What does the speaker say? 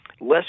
Less